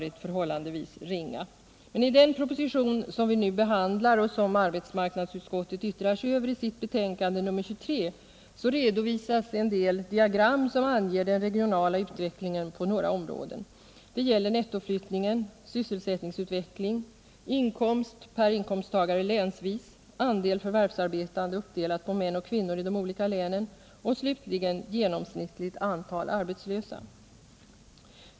I den proposition som vi nu behandlar och som arbetsmarknadsutskottet yttrar sig över i sitt betänkande nr 23 redovisas en del diagram som anger den regionala utvecklingen på några områden. Det gäller nettoflyttning, sysselsättningsutveckling, inkomst per inkomsttagare länsvis, andel förvärvsarbetande uppdelat på män och kvinnor i de olika länen och slutligen genomsnittligt antal arbetslösa.